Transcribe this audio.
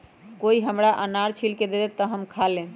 कोई हमरा अनार छील के दे दे, तो हम खा लेबऊ